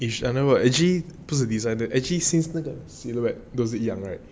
actually 不是 design actually since 那个 silhouette 都是一样的 right